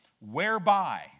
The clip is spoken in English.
whereby